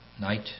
night